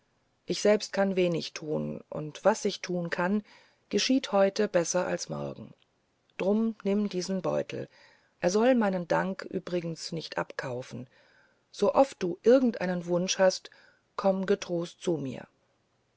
ich selbst kann wenig tun und was ich tun kann geschieht heute besser als morgen drum nimm diesen beutel das soll meinen dank übrigens nicht abkaufen sooft du irgendeinen wunsch hast komm getrost zu mir